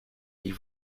ils